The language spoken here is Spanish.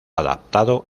adaptado